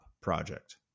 project